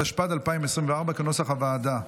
התשפ"ד 2024, כנוסח הוועדה.